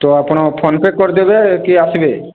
ତ ଆପଣ ଫୋନପେ କରିଦେବେ କି ଆସିବେ